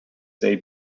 they